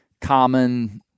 common